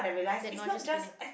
that nauseous feeling